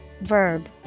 Verb